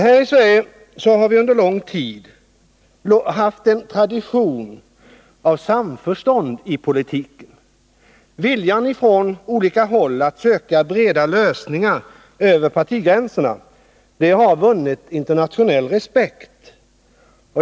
Här i Sverige har vi under lång tid haft en tradition av samförstånd i politiken. Viljan från olika håll att söka breda lösningar över partigränserna har vunnit internationell respekt.